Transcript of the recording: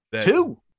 Two